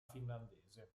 finlandese